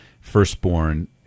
firstborn